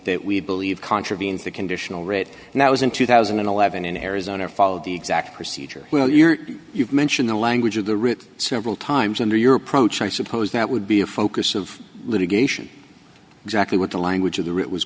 that we believe contravenes the conditional writ and that was in two thousand and eleven in arizona follow the exact procedure will your you've mentioned the language of the route several times under your approach i suppose that would be a focus of litigation exactly what the language of the